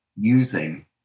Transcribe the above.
using